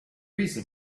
reason